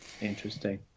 Interesting